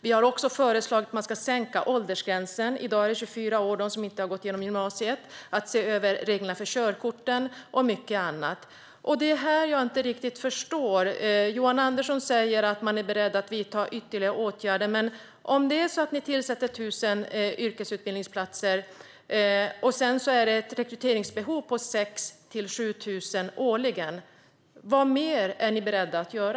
Vi har också föreslagit att man ska sänka åldersgränsen. I dag är den 24 år för dem som inte har genomgått gymnasiet. Vi vill se över reglerna för körkorten och mycket annat. Det är det här jag inte riktigt förstår. Johan Andersson säger att man är beredd att vidta ytterligare åtgärder, men ni tillför 1 000 yrkesutbildningsplatser när rekryteringsbehovet är 6 000-7 000 förare årligen. Vad mer är ni beredda att göra?